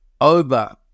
over